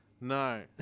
No